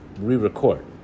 re-record